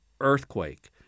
earthquake